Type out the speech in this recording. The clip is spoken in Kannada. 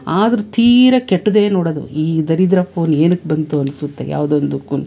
ಆದರು ತೀರ ಕೆಟ್ಟದೇ ನೋಡೋದು ಈ ದರಿದ್ರ ಫೋನ್ ಏನಕ್ಕೆ ಬಂತು ಅನಿಸುತ್ತೆ ಯಾವ್ದೊಂದುಕ್ಕೂ